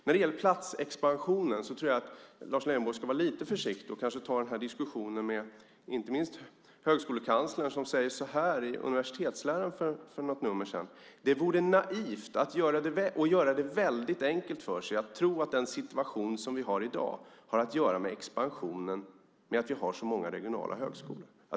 När det gäller platsexpansionen tror jag att Lars Leijonborg ska vara lite försiktig och kanske ta den här diskussionen med inte minst högskolekanslern som sade följande i Universitetsläraren för en tid sedan: "Det vore naivt, att göra det väldigt enkelt för sig, att tro att den situation som vi har i dag har att göra med expansionen, med att vi har så många regionala högskolor."